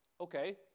Okay